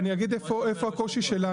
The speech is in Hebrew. אני אגיד איפה הקושי שלנו.